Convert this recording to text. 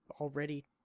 already